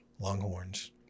Longhorns